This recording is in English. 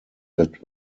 that